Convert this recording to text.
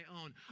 own